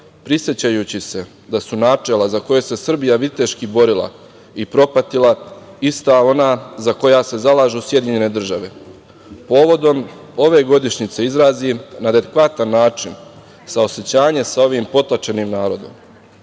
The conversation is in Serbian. prisećajući se da su načela za koje se Srbija viteški borila i propatila ista ona za koja se zalažu SAD. Povodom ove godišnjice izrazim na adekvatan način saosećanje sa ovim potlačenim narodom.